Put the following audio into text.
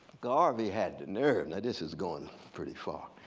garvey had the nerve, now this is going pretty far,